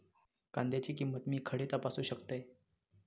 कांद्याची किंमत मी खडे तपासू शकतय?